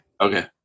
Okay